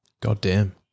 Goddamn